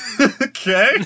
Okay